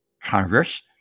Congress